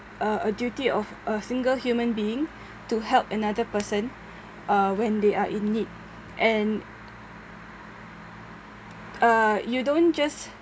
a a duty of a single human being to help another person uh when they are in need and uh you don't just